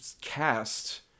cast